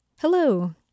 Hello